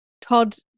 Todd